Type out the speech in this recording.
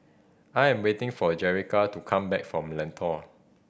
I am waiting for Jerrica to come back from Lentor